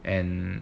and